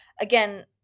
Again